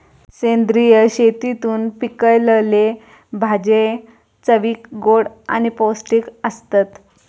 सेंद्रिय शेतीतून पिकयलले भाजये चवीक गोड आणि पौष्टिक आसतत